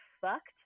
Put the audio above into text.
fucked